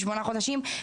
בשמונה חודשים.